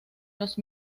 los